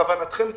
כוונתכם טובה.